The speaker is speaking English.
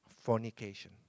fornication